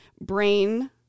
brain